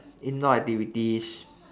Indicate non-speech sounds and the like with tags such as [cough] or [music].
indoor activities [breath]